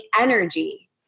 energy